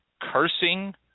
cursing